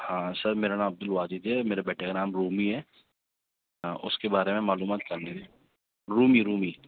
ہاں سر میرا نام عبد الواجد ہے میرے بیٹے کا نام رومی ہے اس کے بارے میں معلومات کرنی تھی رومی رومی